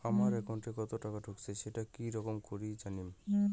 আমার একাউন্টে কতো টাকা ঢুকেছে সেটা কি রকম করি জানিম?